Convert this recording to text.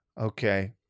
Okay